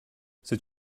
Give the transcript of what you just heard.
c’est